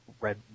Red